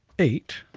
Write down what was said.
eight